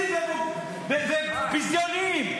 שפלים וביזיוניים.